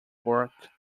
work